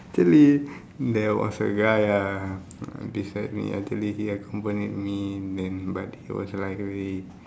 actually there was a guy ah beside me actually he accompanied me then but he was like really